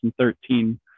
2013